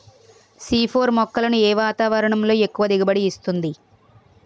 C four మొక్కలను ఏ వాతావరణంలో ఎక్కువ దిగుబడి ఇస్తుంది?